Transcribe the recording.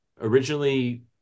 originally